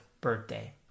birthday